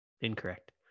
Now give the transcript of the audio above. Incorrect